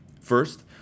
First